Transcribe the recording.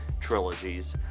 trilogies